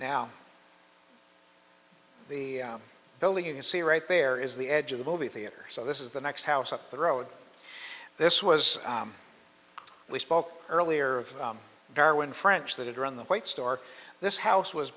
now the building you see right there is the edge of the movie theater so this is the next house up the road this was we spoke earlier of darwin french that are on the white store this house was